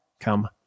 come